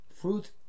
fruit